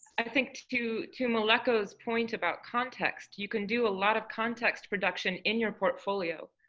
i think to to meleko's point about context, you can do a lot of context production in your portfolio.